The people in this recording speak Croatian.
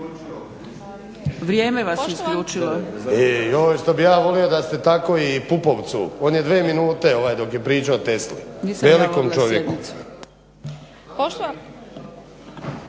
Vrijeme vas je isključilo. **Vinković, Zoran (HDSSB)** Joj što bih ja volio da ste tako i Pupovcu. On je dve minute dok je pričao o Tesli, velikom čovjeku.